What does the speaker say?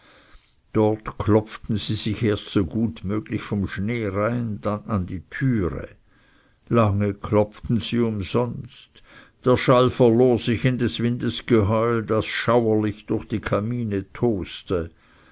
dort klopften sie sich erst so gut möglich vom schnee rein dann an die türe lange klopften sie umsonst der schall verlor sich in des windes geheul das schauerlich durch die kamine toste